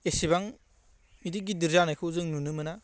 एसेबां इदि गिदिर जानायखौ जों नुनो मोना